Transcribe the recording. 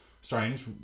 strange